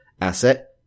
asset